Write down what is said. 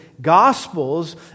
Gospels